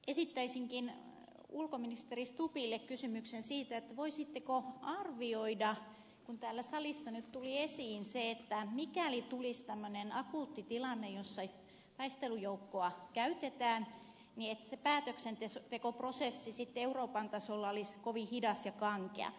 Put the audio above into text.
esittäisinkin ulkoministeri stubbille kysymyksen siitä kun täällä salissa nyt tuli esiin se että mikäli tulisi tämmöinen akuutti tilanne jossa taistelujoukkoa käytetään niin se päätöksentekoprosessi sitten euroopan tasolla olisi kovin hidas ja kankea